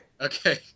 Okay